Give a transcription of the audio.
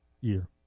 year